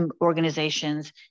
organizations